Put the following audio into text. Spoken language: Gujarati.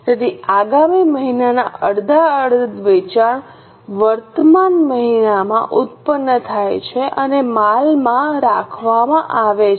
તેથી આગામી મહિનાના અડધા વેચાણ વર્તમાન મહિનામાં ઉત્પન્ન થાય છે અને માલમાં રાખવામાં આવે છે